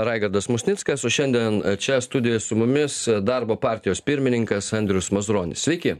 raigardas musnickas o šiandien čia studijoj su mumis darbo partijos pirmininkas andrius mazuronis sveiki